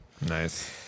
nice